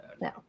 No